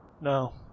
No